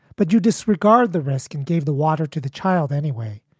but you disregard the risk and gave the water to the child anyway.